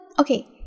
okay